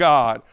God